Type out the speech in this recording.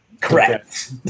Correct